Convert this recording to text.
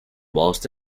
whilst